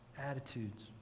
attitudes